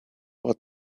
what